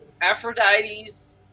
Aphrodite's